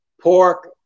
pork